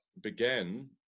began